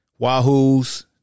Wahoos